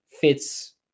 fits